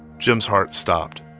jim's heart stopped.